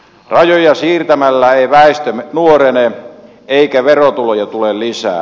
rajoja siirtämällä ei väestömme nuorene eikä verotuloja tule lisää